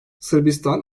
sırbistan